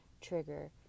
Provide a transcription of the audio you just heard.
trigger